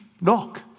knock